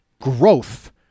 Growth